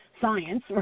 science